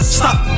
stop